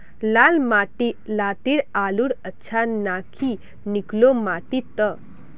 लाल माटी लात्तिर आलूर अच्छा ना की निकलो माटी त?